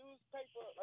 Newspaper